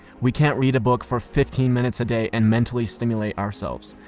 we can't read a book for fifteen minutes a day and mentally stimulate ourselves.